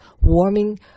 warming